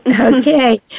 Okay